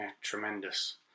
tremendous